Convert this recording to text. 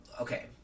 okay